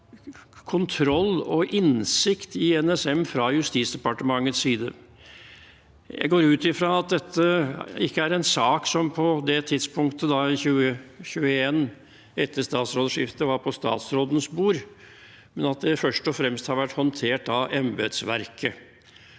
kontroll med og innsikt i NSM fra Justisdepartementets side. Jeg går ut fra at dette ikke er en sak som på det tidspunktet, i 2021 etter statsrådsskiftet, var på statsrådens bord, men at det først og fremst har vært håndtert av embetsverket.